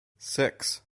six